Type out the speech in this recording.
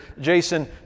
Jason